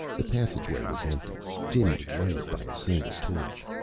the passageway was empty, dimly lighted by a single torch.